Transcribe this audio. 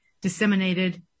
disseminated